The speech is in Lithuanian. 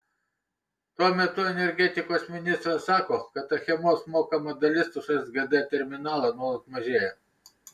tuo metu energetikos ministras sako kad achemos mokama dalis už sgd terminalą nuolat mažėja